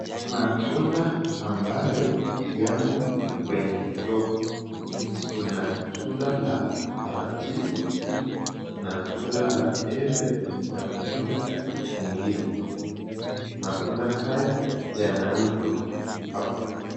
Matunda ambayo yamo kwenye soko .Kuna tunda la parachichi na tunda la embe na tunda lingine. Matunda haya yanauzwa hapa